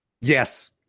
Yes